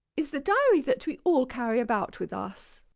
is the diary that we all carry about with us.